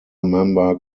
member